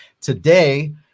Today